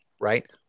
right